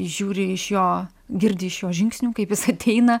žiūri iš jo girdi iš jo žingsnių kaip jis ateina